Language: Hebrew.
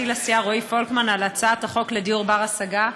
לסיעה רועי פולקמן על הצעת החוק לדיור בר-השגה,